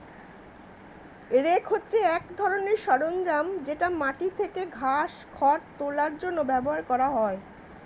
rake হচ্ছে এক ধরনের সরঞ্জাম যেটা মাটি থেকে ঘাস, খড় তোলার জন্য ব্যবহার করা হয়